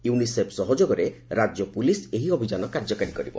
UNICEF ସହଯୋଗରେ ରାଜ୍ୟ police ଏହି ଅଭିଯାନ କାର୍ଯ୍ୟକାରୀ କରିବ